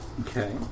Okay